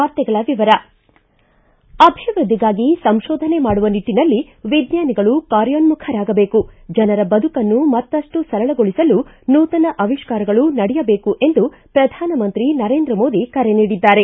ವಾರ್ತೆಗಳ ವಿವರ ಅಭಿವೃದ್ಧಿಗಾಗಿ ಸಂಕೋಧನೆ ಮಾಡುವ ನಿಟ್ಟನಲ್ಲಿ ವಿಜ್ಞಾನಿಗಳು ಕಾಯೋನ್ಮಖರಾಗಬೇಕು ಜನರ ಬದುಕನ್ನು ಮತ್ತಷ್ಟು ಸರಳಗೊಳಿಸಲು ನೂತನ ಅವಿಷ್ಕಾರಗಳು ನಡೆಯಬೇಕು ಎಂದು ಪ್ರಧಾನಮಂತ್ರಿ ನರೆಂದ್ರ ಮೋದಿ ಕರೆ ನೀಡಿದ್ದಾರೆ